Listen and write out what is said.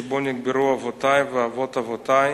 שבה נקברו אבותי ואבות אבותי